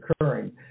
occurring